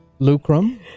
Lucrum